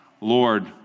Lord